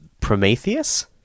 Prometheus